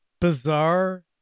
bizarre